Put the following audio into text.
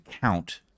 count